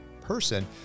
person